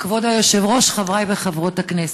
כבוד היושב-ראש, חבריי וחברות הכנסת,